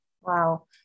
Wow